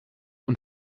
und